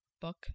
book